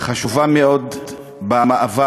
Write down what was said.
חשובה מאוד במאבק